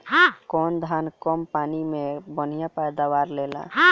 कौन धान कम पानी में बढ़या पैदावार देला?